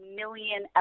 million